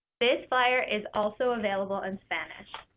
this flyer is also available in spanish.